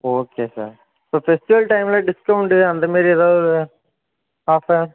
okay sir இப்போ festival டைம்மில் discount அந்தமாதிரி எதாவது ஆஃபர்